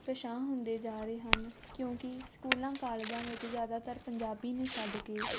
ਪਿਛਾਂਹ ਹੁੰਦੇ ਜਾ ਰਹੇ ਹਨ ਕਿਉਂਕਿ ਸਕੂਲਾਂ ਕਾਲਜਾਂ ਵਿੱਚ ਜ਼ਿਆਦਾਤਰ ਪੰਜਾਬੀ ਨੂੰ ਛੱਡ ਕੇ